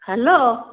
hello